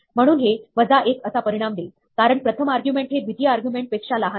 म्हणून हे वजा एक असा परिणाम देईल कारण प्रथम आर्ग्युमेंट हे द्वितीय आर्ग्युमेंटपेक्षा लहान आहे